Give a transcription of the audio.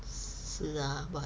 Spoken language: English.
是啊 but